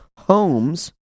homes